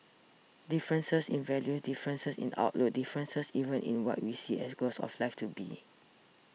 differences in values differences in outlooks differences even in what we see as goals of life to be